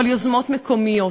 אבל יוזמות מקומיות,